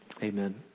Amen